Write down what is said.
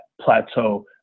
plateau